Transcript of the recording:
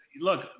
look